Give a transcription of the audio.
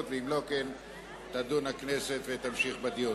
וכנראה לא היו הסכמות בעניין זה,